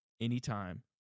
anytime